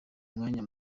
mwanya